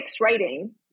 writing